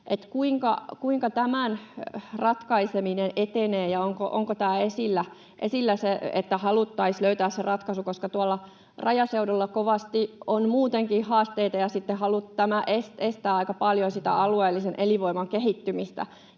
Kuinka tämän ratkaiseminen etenee? Onko se esillä, että haluttaisiin löytää ratkaisu? Tuolla rajaseudulla kovasti on muutenkin haasteita. Tämä estää aika paljon alueellisen elinvoiman kehittymistä,